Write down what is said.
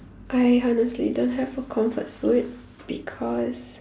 I honestly don't have a comfort food because